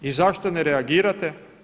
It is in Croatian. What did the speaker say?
I zašto ne reagirate?